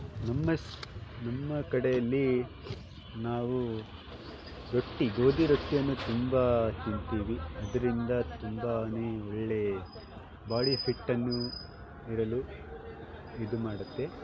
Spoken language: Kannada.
ನಮ್ಮ ನಮ್ಮ ಕಡೆಯಲ್ಲಿ ನಾವು ರೊಟ್ಟಿ ಗೋಧಿ ರೊಟ್ಟಿಯನ್ನು ತುಂಬ ತಿಂತೀವಿ ಇದರಿಂದ ತುಂಬಾ ಒಳ್ಳೆಯ ಬಾಡಿ ಫಿಟ್ಟನ್ನು ಇಡಲು ಇದು ಮಾಡುತ್ತೆ